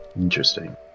Interesting